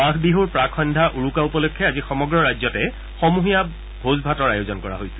মাঘ বিহুৰ প্ৰাক্ সন্ধ্যা উৰুকা উপলক্ষে আজি সমগ্ৰ ৰাজ্যতে সমূহীয়া ভোজ ভাতৰ আয়োজন কৰা হৈছে